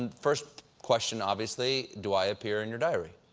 and first question, obviously do i appear in your diary?